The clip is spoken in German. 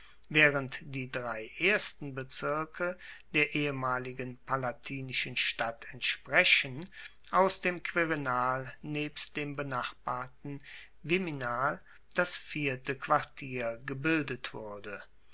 waehrend die drei ersten bezirke der ehemaligen palatinischen stadt entsprechen aus dem quirinal nebst dem benachbarten viminal das vierte quartier gebildet wurde